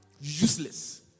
Useless